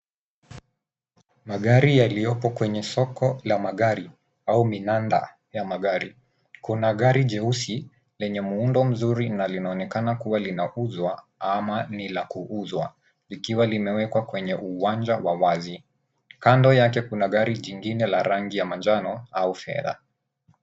Magari yaliyoko kwenye soko la magari au minada ya magari. Kuna gari jeusi lenye muundo mzuri na linaonekana kuwa linauzwa ama ni la kuuzwa likiwa limewekwa kwenye uwanja wa wazi. Kando yake kuna gari jingine la rangi ya manjano au fedha.